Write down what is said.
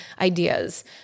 ideas